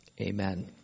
Amen